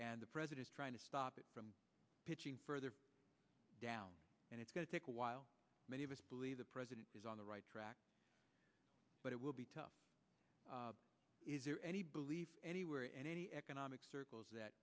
is trying to stop it from pitching further down and it's going to take a while many of us believe the president is on the right track but it will be tough is there any belief anywhere any economic circles that